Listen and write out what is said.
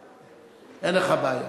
אין לך בעיה.